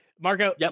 Marco